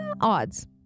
Odds